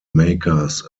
makers